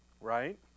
right